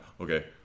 okay